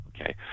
Okay